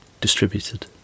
distributed